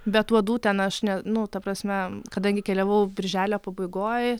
bet uodų ten aš ne nu ta prasme kadangi keliavau birželio pabaigoj